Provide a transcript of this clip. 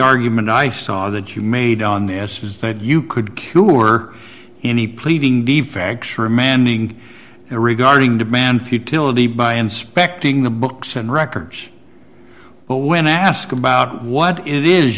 argument i saw that you made on this is that you could cure any pleading remanding regarding demand futility by inspecting the books and records but when asked about what it is